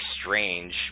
strange